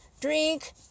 drink